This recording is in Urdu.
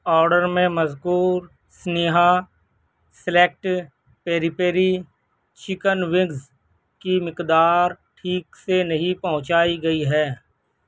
آرڈر میں مذکور سنیہا select peri peri chicken wings کی مقدار ٹھیک سے نہیں پہنچائی گئی ہے